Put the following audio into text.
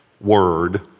word